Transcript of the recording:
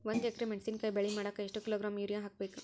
ಒಂದ್ ಎಕರೆ ಮೆಣಸಿನಕಾಯಿ ಬೆಳಿ ಮಾಡಾಕ ಎಷ್ಟ ಕಿಲೋಗ್ರಾಂ ಯೂರಿಯಾ ಹಾಕ್ಬೇಕು?